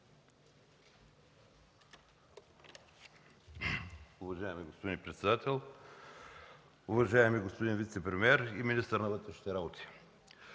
Уважаеми господин председател, уважаеми господин вицепремиер и министър на вътрешните работи!